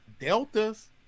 Deltas